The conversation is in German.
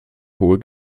hohe